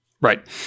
Right